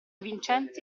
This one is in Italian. vincenzi